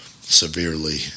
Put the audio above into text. severely